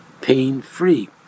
pain-free